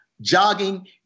jogging